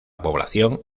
población